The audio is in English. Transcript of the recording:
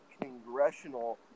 congressional